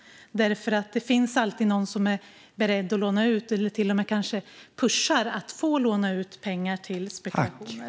Det finns alltid någon som är beredd att låna ut eller kanske till och med pushar för att få låna ut pengar till spekulationer.